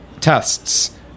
tests